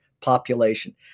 population